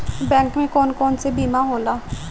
Bank में कौन कौन से बीमा होला?